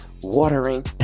watering